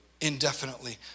indefinitely